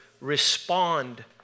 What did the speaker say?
respond